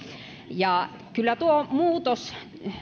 kyllä tuo muutos